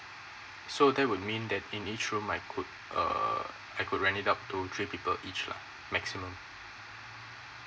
so that would mean that in each room I could err I could rent it up to three people each lah maximum